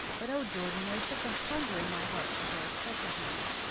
but oh, jordan, there's such a hunger in my heart for her, such a hunger!